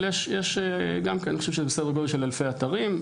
אבל יש סדר גודל של אלפי אתרים.